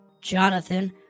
Jonathan